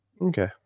Okay